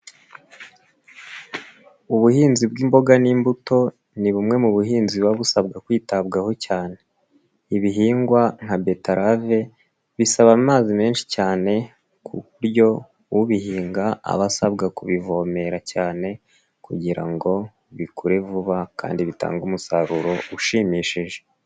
Ubuhinzi bw'imboga n'imbuto, ni bumwe mu buhinziba busabwa kwitabwaho cyane. Ibihingwa nka beterave, bisaba amazi menshi cyane ku buryo ubihinga aba asabwa kubivomera cyane kugira ngo bikure vuba kandi bitange umusaruro, ushimishije.